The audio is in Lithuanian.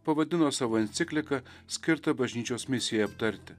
pavadino savo encikliką skirtą bažnyčios misijai aptarti